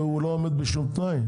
והוא לא עומד בשום תנאי?